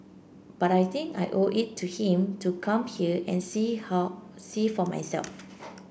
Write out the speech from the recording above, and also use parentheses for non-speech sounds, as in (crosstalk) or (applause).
but I think I owe it to him to come here and see (unintelligible) see for myself